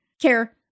care